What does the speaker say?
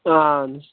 آ اَہن حظ